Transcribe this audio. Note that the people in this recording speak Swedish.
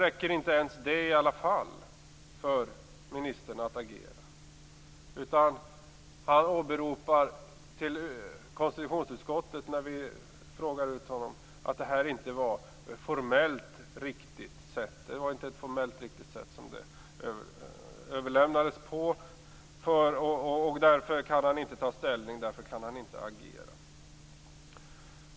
Men inte ens det räcker för att ministern skall agera. När konstitutionsutskottet frågar ut honom åberopar han att det här inte överlämnades på ett formellt riktigt sätt, och därför kan han inte ta ställning, därför kan han inte agera.